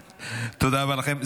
תודה רבה לכם.